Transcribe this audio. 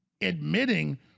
admitting